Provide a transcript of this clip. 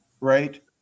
right